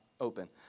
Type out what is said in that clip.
open